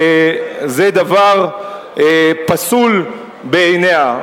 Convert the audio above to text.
זה דבר פסול בעיניה.